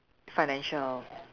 financial